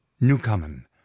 Newcomen